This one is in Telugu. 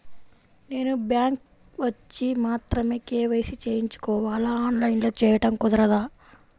నేను బ్యాంక్ వచ్చి మాత్రమే కే.వై.సి చేయించుకోవాలా? ఆన్లైన్లో చేయటం కుదరదా?